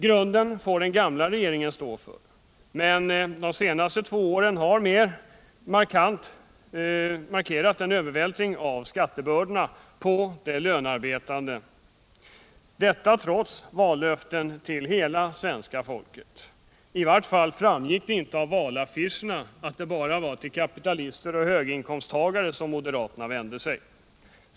Grunden får den gamla regeringen stå för, men de senaste två åren har det ägt rum en än mer markant övervältring av skattebördorna på de lönarbetande. Detta har skett trots vallöften riktade till hela svenska folket. I vart fall framgick det inte av valaffischerna att det bara var till kapitalister och höginkomsttagare som moderaterna vände sig.